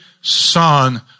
Son